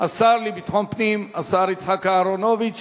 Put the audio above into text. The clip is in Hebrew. השר לביטחון פנים, השר יצחק אהרונוביץ.